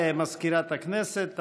תודה למזכירת הכנסת.